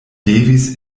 devis